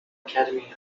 academy